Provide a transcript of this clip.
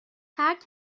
ترک